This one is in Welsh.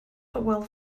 hywel